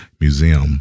Museum